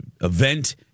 event